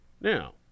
Now